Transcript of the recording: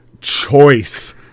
choice